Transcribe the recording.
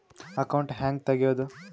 Account ಹ್ಯಾಂಗ ತೆಗ್ಯಾದು?